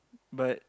but